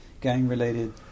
gang-related